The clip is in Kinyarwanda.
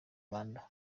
rwanda